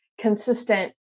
consistent